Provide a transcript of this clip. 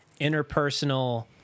interpersonal